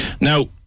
now